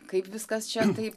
kaip viskas čia tai